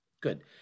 Good